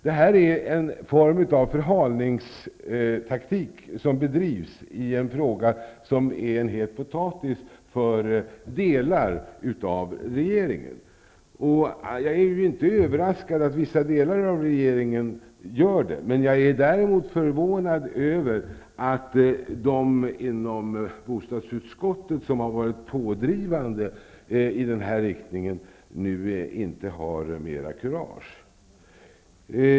Det är en form av förhalningstaktik som man här bedriver i en fråga som är en het potatis för delar av regeringen. Jag är inte överraskad över att vissa delar av regeringen gör det. Däremot är jag förvånad över att de inom bostadsutskottet som har varit pådrivande nu inte har mera kurage.